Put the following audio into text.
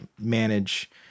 manage